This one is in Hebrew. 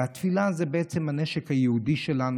התפילה היא בעצם הנשק היהודי שלנו,